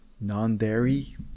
non-dairy